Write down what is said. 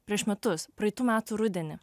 prieš metus praeitų metų rudenį